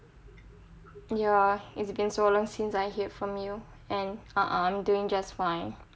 ya it's been so long since I heard from you and ah ah I'm doing just fine